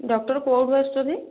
doctor କେଉଁଠୁ ଆସୁଛନ୍ତି